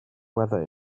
weather